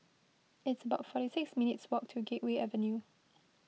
it's about forty six minutes' walk to Gateway Avenue